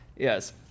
Yes